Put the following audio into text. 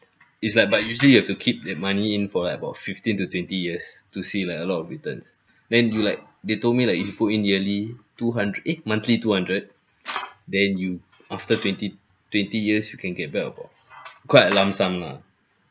it's like but usually you have to keep that money in for like about fifteen to twenty years to see like a lot of returns then you like they told me like if you put in yearly two hundred eh monthly two hundred then you after twenty twenty years you can get back about quite a lump sum lah